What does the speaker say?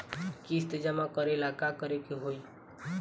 किस्त जमा करे ला का करे के होई?